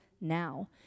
now